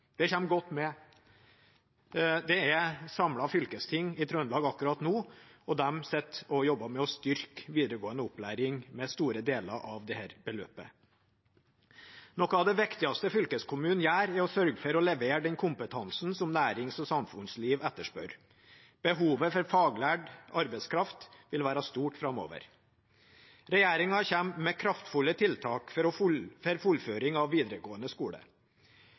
Det kommer godt med. Det er samlet til fylkesting i Trøndelag akkurat nå, og de sitter og jobber med å styrke videregående opplæring med store deler av dette beløpet. Noe av det viktigste fylkeskommunen gjør, er å sørge for å levere den kompetansen som nærings- og samfunnsliv etterspør. Behovet for faglært arbeidskraft vil være stort framover. Regjeringen kommer med kraftfulle tiltak for fullføring av videregående skole.